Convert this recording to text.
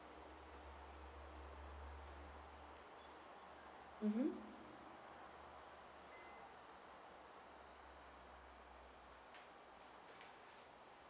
mmhmm